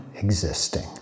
existing